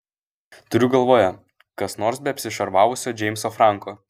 turiu galvoje kas nors be apsišarvavusio džeimso franko